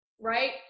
right